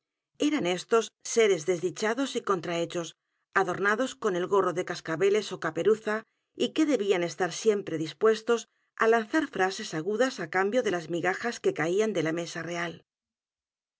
eran éstos seres desdichados y contrahechos adornados con el gorro de cascabeles ó caperuza y que debían estar siempre dispuestos á lanzar frases agudas á cambio de las migajas que caían de la mesa real